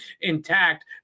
intact